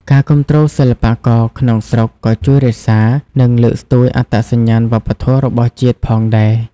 ការគាំទ្រសិល្បករក្នុងស្រុកក៏ជួយរក្សា និងលើកស្ទួយអត្តសញ្ញាណវប្បធម៌របស់ជាតិផងដែរ។